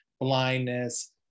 blindness